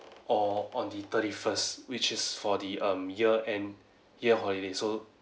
or on the thirty first which is for the um year end year holiday so